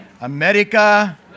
America